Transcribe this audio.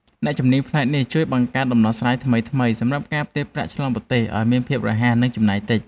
អ្នកជំនាញផ្នែកនេះជួយបង្កើតដំណោះស្រាយថ្មីៗសម្រាប់ការផ្ទេរប្រាក់ឆ្លងប្រទេសឱ្យមានភាពរហ័ស និងចំណាយតិច។